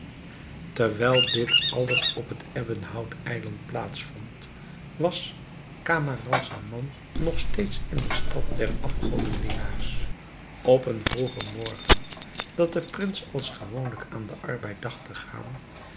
terwijl dit alles op het ebbenhout eiland plaats vond was camaralzaman nog steeds in de stad der afgodendienaars op een vroegen morgen dat de prins als gewoonlijk aan den arbeid dacht te gaan